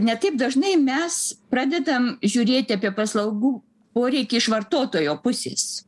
ne taip dažnai mes pradedam žiūrėti apie paslaugų poreikį iš vartotojo pusės